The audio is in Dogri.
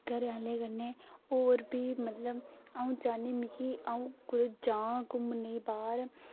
घरे आह्ले कन्नै और बी मतलब अ'ऊं चाह्न्नी मिकी अ'ऊं कुतै जां घुम्म्मेई बाह्र